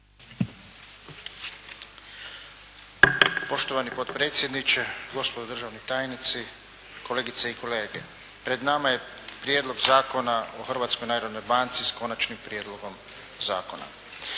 Poštovani potpredsjedniče, gospodo državni tajnici, kolegice i kolege. Pred nama je Prijedlog Zakona o Hrvatskoj narodnoj banci, s Konačnim prijedlogom Zakona.